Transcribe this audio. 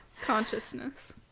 Consciousness